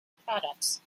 products